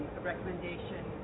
recommendation